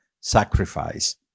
sacrifice